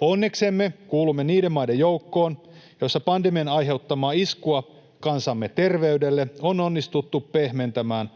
Onneksemme kuulumme niiden maiden joukkoon, joissa pandemian aiheuttamaa iskua kansamme terveydelle on onnistuttu pehmentämään